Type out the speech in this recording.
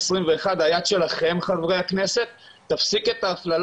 אם עוד מישהו רצה לדבר ולא הספיק אנחנו